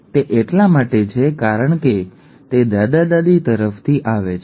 તે એટલા માટે છે કારણ કે તે દાદા દાદી તરફથી આવે છે ઠીક છે